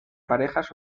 parejas